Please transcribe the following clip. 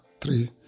three